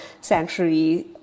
sanctuary